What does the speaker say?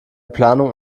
planung